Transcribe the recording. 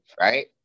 Right